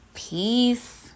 Peace